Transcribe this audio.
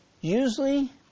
Usually